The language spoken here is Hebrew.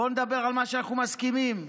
בוא נדבר על מה שאנחנו מסכימים עליו.